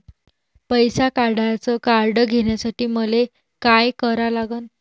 पैसा काढ्याचं कार्ड घेण्यासाठी मले काय करा लागन?